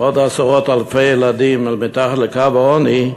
עוד עשרות אלפי ילדים אל מתחת לקו העוני,